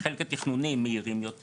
על החלק התכנוני מהירים יותר